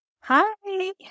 Hi